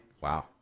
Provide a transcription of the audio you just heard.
Wow